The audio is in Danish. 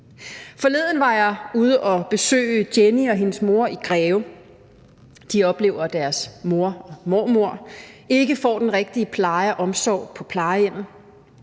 Forleden var jeg ude at besøge Jennie og hendes mor i Greve. De oplever, at deres mor og mormor ikke får den rigtige pleje og omsorg på plejehjemmet.